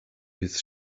his